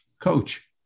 coach